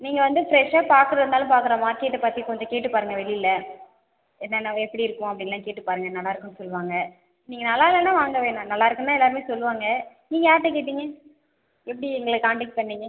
நீங்கள் வந்து ஃப்ரெஷ்ஷாக பார்க்கறதா இருந்தாலும் பார்க்கற மார்க்கெட்டை பற்றி கொஞ்ச கேட்டு பாருங்கள் வெளியில் என்னென்ன வெ எப்படி இருக்கும் அப்படின்லாம் கேட்டுப் பாருங்கள் நல்லாயிருக்குனு சொல்வாங்கள் நீங்கள் நல்லா இல்லைனா வாங்க வேணாம் நல்லா இருக்குந்தான் எல்லோருமே சொல்லுவாங்க நீங்கள் யாருகிட்ட கேட்டீங்க எப்படி எங்களை கான்டெக்ட் பண்ணீங்க